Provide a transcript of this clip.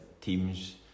teams